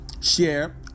Share